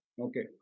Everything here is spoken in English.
Okay